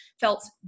felt